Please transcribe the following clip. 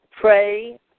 pray